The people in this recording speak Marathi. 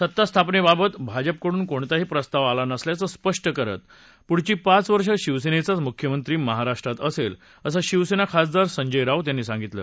सत्ता स्थापनेबाबत भाजपकडून कोणताही प्रस्ताव आला नसल्याचं स्पष्ट करत पुढची पाच वर्ष शिवसेनेचाच मुख्यमंत्री महाराष्ट्रात असेल असं शिवसेना खासदार संजय राऊत यांनी सांगितलं